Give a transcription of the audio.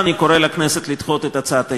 אני קורא לכנסת לדחות את הצעת האי-אמון.